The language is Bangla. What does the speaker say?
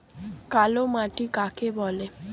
কালোমাটি কাকে বলে?